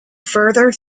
further